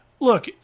look